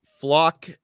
Flock